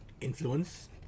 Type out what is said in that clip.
influence